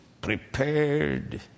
Prepared